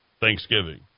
Thanksgiving